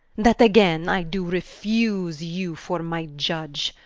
that agen i do refuse you for my iudge,